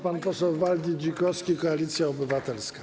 Pan poseł Waldy Dzikowski, Koalicja Obywatelska.